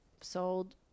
sold